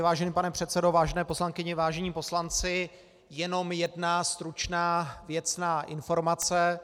Vážený pane předsedo, vážené poslankyně, vážení poslanci, jenom jedna stručná věcná informace.